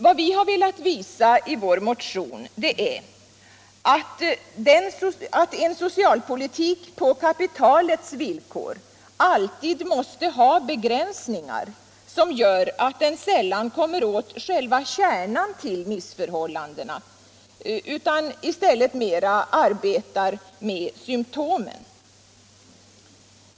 Vad vi har velat visa i vår motion är att en soctalpoliuk på kapitalets villkor alltid måste ha begränsningar, som gör att den sällan kommer åt själva källan till missförhållandena utan mer kommer att arbeta med symtomen.